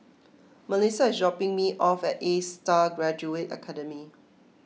Mellisa is dropping me off at A Star Graduate Academy